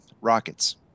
rockets